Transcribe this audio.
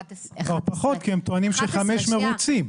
11. כבר פחות, כי הם טוענים שחמישה מרוצים.